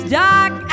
dark